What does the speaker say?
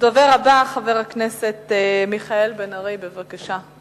הדובר הבא, חבר הכנסת מיכאל בן-ארי, בבקשה.